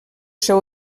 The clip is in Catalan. seu